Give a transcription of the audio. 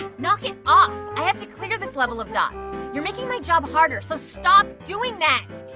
knock it off. i have to clear this level of dots. you're making my job harder so stop doing that.